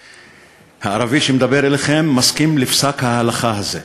הערבי שמדבר אליכם מסכים לפסק ההלכה הזה,